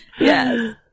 Yes